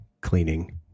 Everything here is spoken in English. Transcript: cleaning